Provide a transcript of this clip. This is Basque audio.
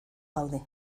gaude